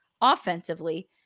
offensively